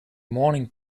morning